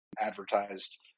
advertised